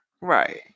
Right